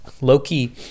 low-key